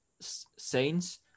Saints